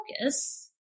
focus